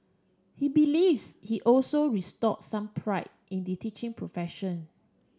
he believes he also restore some pride in the teaching profession